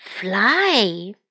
fly